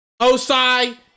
Osai